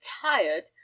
tired